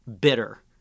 bitter